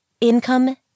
income